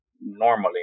normally